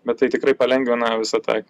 bet tai tikrai palengvina visą tą